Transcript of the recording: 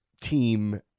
team